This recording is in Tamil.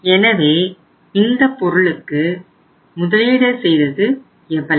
எனவே இந்த பொருளுக்கு முதலீடு செய்தது எவ்வளவு